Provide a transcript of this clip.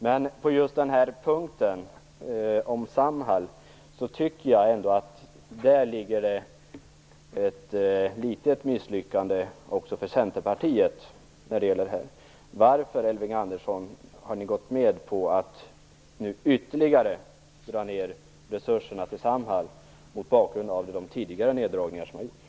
Men på just den här punkten om Samhall tycker jag ändå att det ligger ett litet misslyckande också för Varför, Elving Andersson, har ni gått med på att nu ytterligare dra ner resurserna till Samhall, detta mot bakgrund av de tidigare neddragningar som har gjorts?